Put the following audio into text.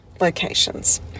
locations